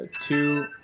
Two